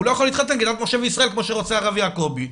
הוא לא יכול להתחתן כדת משה בישראל כמו שרוצה הרב יעקבי.